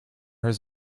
his